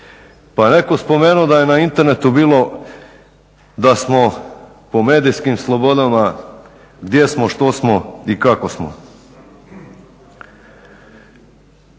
je netko spomenuo da je na internetu bilo da smo po medijskim slobodama, gdje smo, što smo i kako smo.